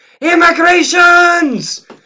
IMMIGRATIONS